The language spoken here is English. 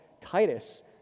Titus